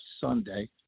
Sunday